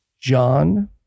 John